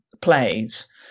plays